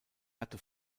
hatte